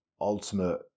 ultimate